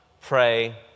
pray